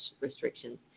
restrictions